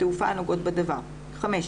יהיה קל להבין מה נדרש מהם מתוך הנחה שרובנו אנשים